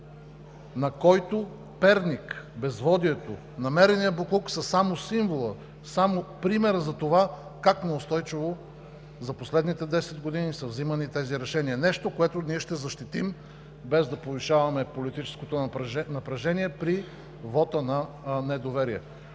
на който Перник, безводието, намереният боклук са само символът, само примерът за това как неустойчиво за последните 10 години са вземани тези решения – нещо, което ние ще защитим, без да повишаваме политическото напрежение при вота на недоверие.